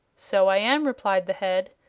so i am, replied the head.